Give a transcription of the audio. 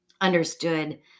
understood